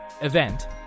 event